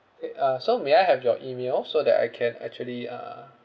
K uh so may I have your email so that I can actually uh